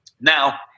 Now